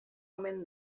omen